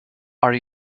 are